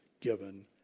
given